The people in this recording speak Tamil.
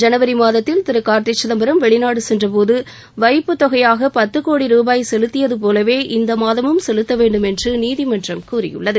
ஜனவரி மாதத்தில் திரு கார்த்தி சிதம்பரம் வெளிநாடு சென்றபோது வைப்பு தொகையாக பத்து கோடி ருபாய் செலுத்தியது போலவே இந்த மாதமும் செலுத்த வேண்டும் என்று நீதிமன்றம் கூறியுள்ளது